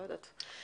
לא יודעת.